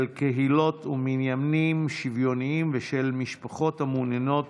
קהילות ומניינים שוויוניים ושל משפחות המעוניינות